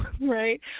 right